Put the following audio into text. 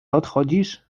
odchodzisz